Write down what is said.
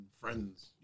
friends